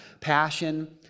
Passion